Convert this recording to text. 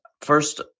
First